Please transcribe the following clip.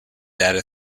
data